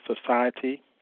society